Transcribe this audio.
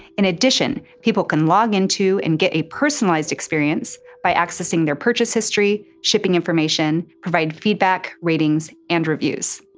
in addition, people can log into and get a personalized experience by accessing their purchase history, shipping information, provide feedback, ratings and reviews.